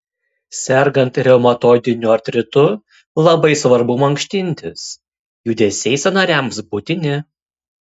sergant reumatoidiniu artritu labai svarbu mankštintis judesiai sąnariams būtini